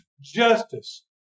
Justice